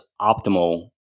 optimal